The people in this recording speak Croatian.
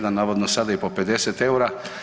Navodno sada i po 50 eura.